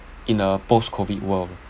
in a post COVID world